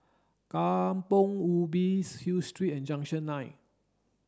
Kampong Hill Street and Junction nine